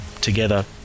together